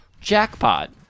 jackpot